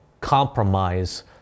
compromise